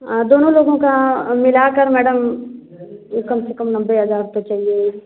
दोनों लोगों का मिलाकर मैडम यह कम से कम नब्बे हज़ार तो चाहिए ही